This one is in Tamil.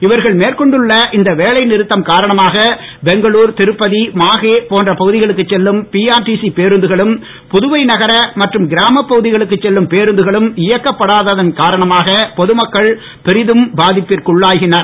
இவர்கள் மேற்கொண்டுள்ள இந்த வேலை நிறுத்தம் காரணமாக பெங்களூர் திருப்பபி மாஹே போன்ற பகுதிகளுக்கு செல்லும் பிஆர்டிசி பேருந்துகளும் புதுவை நகர மற்றும் கிராமப் பகுதிகளுக்கு செல்லும் பேருந்துகளும் இயக்கப்படாததன் காரணமாக பொதுமக்கள் பெரிதும் பாதிப்பிற்குள்ளாகினர்